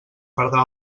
perdrà